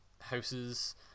houses